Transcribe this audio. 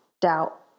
doubt